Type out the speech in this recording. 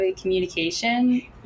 communication